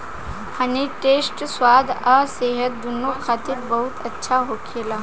हनी toast स्वाद आ सेहत दूनो खातिर बहुत अच्छा होखेला